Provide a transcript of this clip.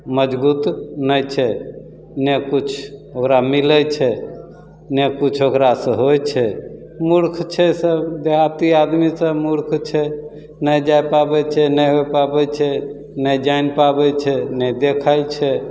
मजगूत नहि छै नहि किछु ओकरा मिलै छै नहि किछु ओकरासे होइ छै मूर्ख छै सब देहाती आदमी सब मूर्ख छै नहि जा पाबै छै नहि हो पाबै छै नहि जानि पाबै छै नहि देखै छै